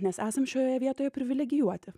nes esam šioje vietoje privilegijuoti